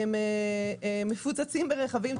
מפוצצים ברכבים.